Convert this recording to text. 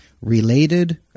related